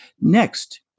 Next